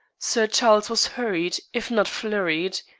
sir charles was hurried, if not flurried.